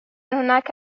هناك